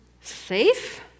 safe